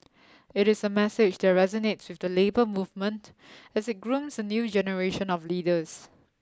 it is a message that resonates with the labour movement as it grooms a new generation of leaders